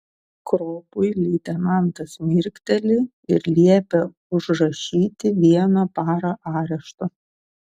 kropui leitenantas mirkteli ir liepia užrašyti vieną parą arešto